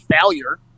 failure